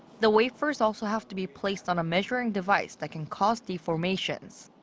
the wafers also have to be placed on a measuring device that can cause deformations.